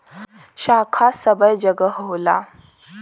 शाखा सबै जगह होला